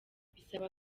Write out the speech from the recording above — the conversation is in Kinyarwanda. bisaba